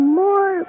more